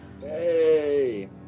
Hey